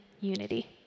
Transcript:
unity